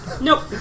Nope